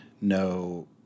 No